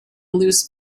loose